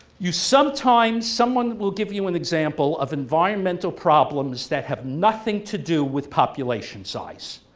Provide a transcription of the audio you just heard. you sometimes someone will give you an example of environmental problems that have nothing to do with population size.